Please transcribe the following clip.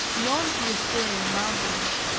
beyond the asturian mountains,